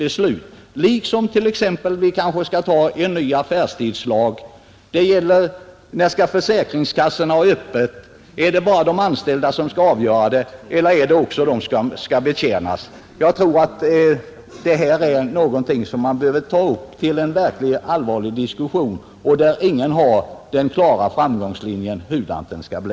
Detsamma gäller t.ex. en ny affärstidslag. Skall bara de anställda avgöra när försäkringskassorna skall ha öppet eller skall de som betjänas få vara med och bestämma? Allt detta är frågor som bör tas upp till allvarlig diskussion — ingen vet bestämt hur framgångslinjen skall se ut.